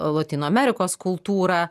lotynų amerikos kultūrą